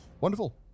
Wonderful